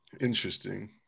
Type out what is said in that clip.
Interesting